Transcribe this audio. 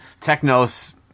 Technos